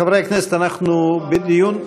חברי הכנסת, אנחנו בדיון שנמשך,